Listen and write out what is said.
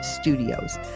studios